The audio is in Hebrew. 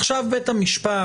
עכשיו בית המשפט